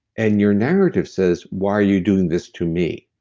and your narrative says, why are you doing this to me?